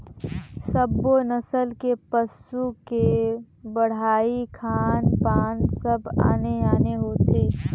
सब्बो नसल के पसू के बड़हई, खान पान सब आने आने होथे